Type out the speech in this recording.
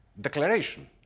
declaration